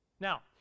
Now